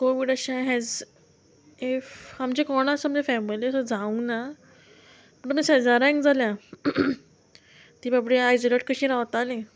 Covid अशें हेज if आमचें कोण आसा म्हणजे फॅमिली सुद्दां जावंक ना तुमी शेजाऱ्यांक जाल्या ती बाबडी आयजोलॅट कशीं रावतालीं